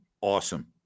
awesome